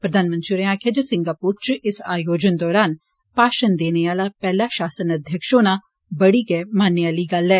प्रधानमंत्री होरें आक्खेया जे सिंगापोर इच इस आयोजन दौरान भाषण देने आला पैहला शासनाध्यक्ष होना बड़ी मान्नै आली गल्ल ऐ